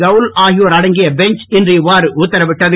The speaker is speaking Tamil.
கவுல் ஆகியோர் அடங்கிய பெஞ்ச் இன்று இவ்வாறு உத்தரவிட்டது